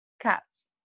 Cats